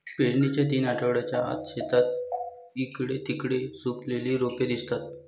पेरणीच्या तीन आठवड्यांच्या आत, शेतात इकडे तिकडे सुकलेली रोपे दिसतात